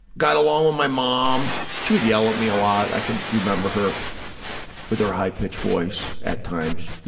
got along with my mom, she would yell at me a lot. i can remember her with her high-pitched voice at times